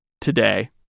today